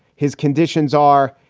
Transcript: his conditions are.